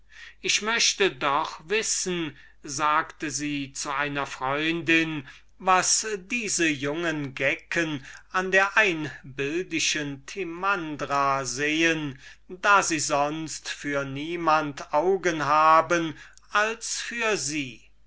ich möchte doch wissen sagte sie zu einer freundin was diese jungen gecken an der einbildischen timandra sehen daß sie sonst für niemand augen haben als für sie